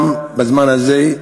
גם בזמן הזה,